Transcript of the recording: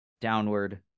downward